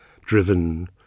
driven